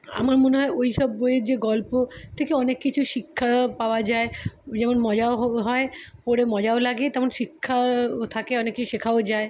আমার মনে হয় ওই সব বইয়ের যে গল্প থেকে অনেক কিছু শিক্ষা পাওয়া যায় যেমন মজাও হয় পড়ে মজাও লাগে তেমন শিক্ষাও থাকে অনেক কিছু শেখাও যায়